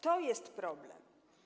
To jest problem.